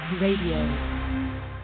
Radio